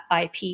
IP